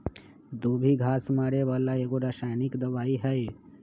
दुभी घास मारे बला एगो रसायनिक दवाइ हइ